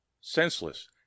Senseless